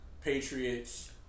Patriots